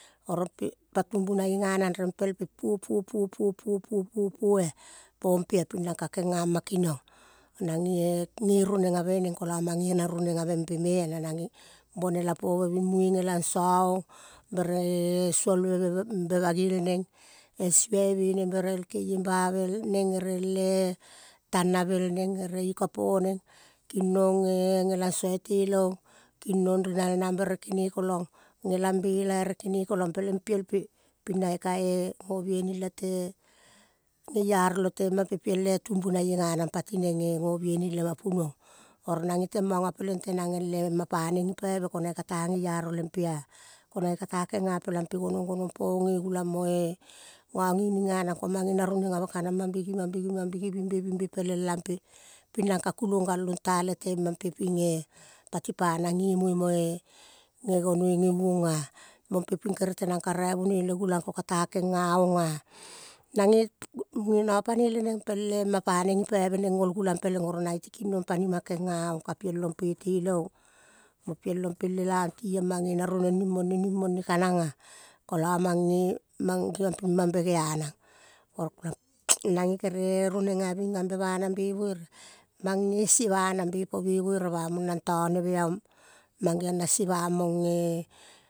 Oro pe pa tumbunaie ga-nang rem pel pe puo, puo, puo, puo, puo, puo, puo, puo, ah. Pom pe ah. Ping nang ka-genga ma keniong nange eh, geruoneng ave neng kolo mange na ruoneng ave be, me-a na-nang ge bonela pove bing muge gelang so-ong bere suolve be bagiel neng el sueve neng el keiem bavel neng ere el en. Tanavel neng ere iko po-neng kinong eh gelang go ite leong, kinon renal nang bere kene kolong gelang bela ere kene kolong peleng piel pe ping nai ka-e go biaining le te, geiaro le temam pe piel tumbunaie ganang pati neng eh go-biaining le ma punuong oro nange teng mango peleng tenang el-e ma paneng gipaive ko nang kata geiaro le pe ah. Konang kata pe genga pelam pe gonong gonong po-ong ge gulang mo-e gogining ganang go mang ge na roneng ave kanang mang bigi mang bigi, mang bigi bing be bing be peleng lang pe ping nang ka kulong gal long ta le te mam pe ping eh. Pati panang gemuoi mo-e gegonoi ge-uong ah. Mom pe ping kakere tanang ka raivonoi le gulang ko-ka ta kenga ong ah. Nange no-panoi le neng pel ah ma pa neng gipaive neng gol gulang peleng oro nang ge ti kinong panima gea-ong, ka-piel lom pe itele ong mo piel lom pel lelaong tiong mange na roneng ning mone ning mone ka-nang ah. Kolo mange, mangeong ping mang begea nang nange kere roneng ave bing ambe banang me buere mange sie ba-nang be. Po be uere ba mong nang toneve a-nong mangeong na sie bamong eh.